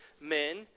men